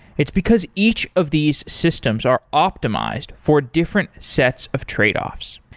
it's because each of these systems are optimized for different sets of tradeoffs,